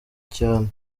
cyane